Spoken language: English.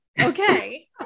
Okay